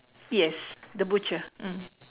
yes the butcher mm